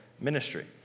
ministry